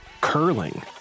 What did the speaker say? curling